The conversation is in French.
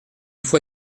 foi